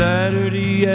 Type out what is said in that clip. Saturday